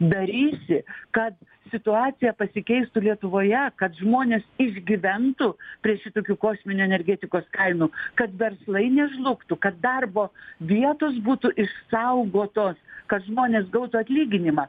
darysi kad situacija pasikeistų lietuvoje kad žmonės išgyventų prie šitokių kosminių energetikos kainų kad verslai nežlugtų kad darbo vietos būtų išsaugotos kad žmonės gautų atlyginimą